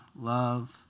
love